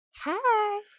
Hi